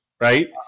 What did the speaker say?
Right